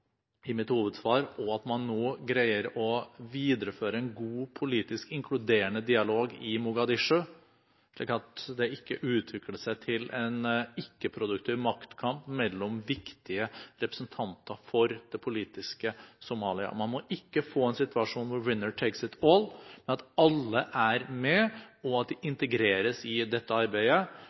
i mitt hovedsvar, at man nå greier å videreføre en god politisk inkluderende dialog i Mogadishu, slik at det ikke utvikler seg til en ikke-produktiv maktkamp mellom viktige representanter for det politiske Somalia. Man må ikke få en situasjon hvor «the winner takes it all», men at alle er med, og at de integreres i dette